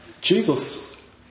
Jesus